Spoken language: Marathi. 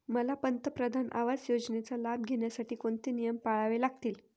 मला पंतप्रधान आवास योजनेचा लाभ घेण्यासाठी कोणते नियम पाळावे लागतील?